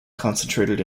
concentrated